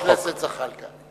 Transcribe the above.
חבר הכנסת זחאלקה,